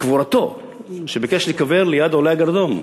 קבורתו, ביקש להיקבר ליד עולי הגרדום,